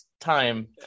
time